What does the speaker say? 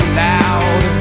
loud